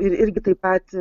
ir irgi taip pat